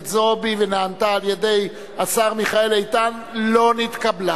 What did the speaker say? זועבי ונענתה על-ידי השר מיכאל איתן לא נתקבלה.